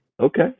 Okay